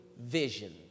vision